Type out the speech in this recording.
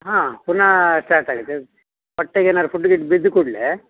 ಹಾಂ ಪುನಃ ಸ್ಟಾರ್ಟ್ ಆಗಿದೆ ಹೊಟ್ಟೆಗೆ ಏನಾದರು ಫುಡ್ ಗಿಡ್ ಬಿದ್ದ ಕೂಡಲೇ